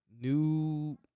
new